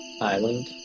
island